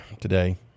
today